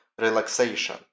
relaxation